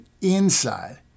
inside